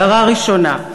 הערה ראשונה: